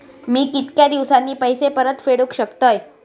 मी कीतक्या दिवसांनी पैसे परत फेडुक शकतय?